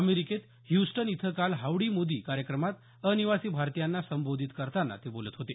अमेरिकेत ह्यस्टन इथं काल हाऊडी मोदी कार्यक्रमात अनिवासी भारतीयांना संबोधित करताना ते बोलत होते